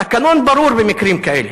התקנון ברור במקרים כאלה: